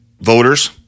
voters